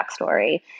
backstory